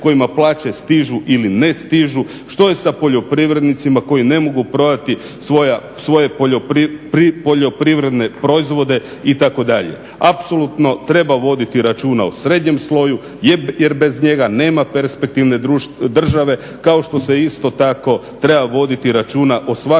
kojima plaće stižu ili ne stižu, što je sa poljoprivrednicima koji ne mogu prodati svoje poljoprivredne proizvode itd. Apsolutno treba voditi računa o srednjem sloju jer bez njega nema perspektivne države, kao što se isto tako treba voditi računa o svakom